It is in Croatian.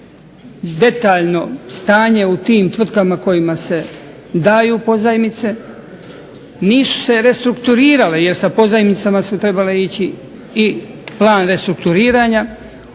detaljno stanje u tim tvrtkama kojima se daju te pozajmice, nisu se restrukturirale jer sa pozajmicama su trebale ići plan restrukturiranja